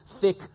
thick